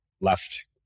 left